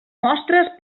mostres